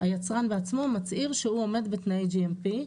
היצרן בעצמו מצהיר שהוא עומד בתנאי GMP,